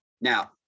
Now